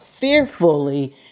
fearfully